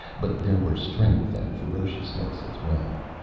but there were strength and ferociousness as well.